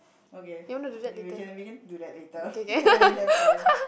okay we we can we can do that later when we have time